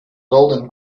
golden